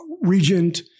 regent